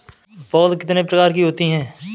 पौध कितने प्रकार की होती हैं?